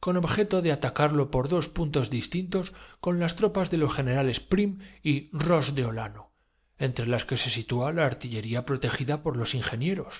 con objeto de atacarlo por dos pun es verdadasentía benjamín y luégo disparan tos distintos con las tropas de los generales prim y sus fusiles ros de olano entre las que se sitúa la artillería prote y después cargan gida por los ingenieros